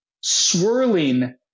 swirling